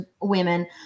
women